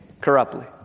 corruptly